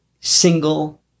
single